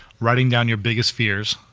writing down your biggest fears,